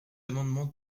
amendement